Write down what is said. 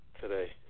today